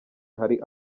hari